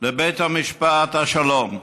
לבית משפט השלום,